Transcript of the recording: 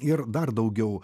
ir dar daugiau